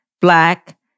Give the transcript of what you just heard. Black